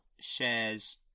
shares